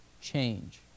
change